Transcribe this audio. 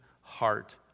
heart